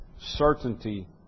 certainty